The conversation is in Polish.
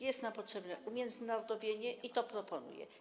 Jest nam potrzebne umiędzynarodowienie i to proponuje.